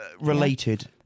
related